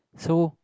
so